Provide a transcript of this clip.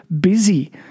busy